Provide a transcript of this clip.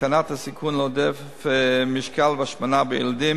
הקטנת הסיכון לעודף משקל והשמנה בילדים